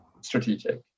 strategic